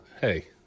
hey